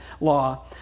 law